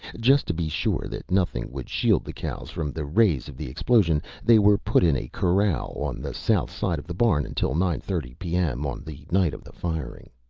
just to be sure that nothing would shield the cows from the rays of the explosion, they were put in a corral on the south side of the barn until nine thirty p m, on the night of the firing.